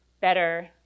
better